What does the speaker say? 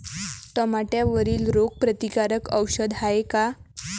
टमाट्यावरील रोग प्रतीकारक औषध हाये का?